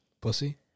Pussy